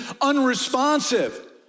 unresponsive